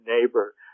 neighbor